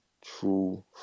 true